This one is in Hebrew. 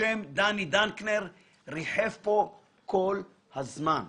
השם נוחי דנקנר ריחף פה כל הזמן.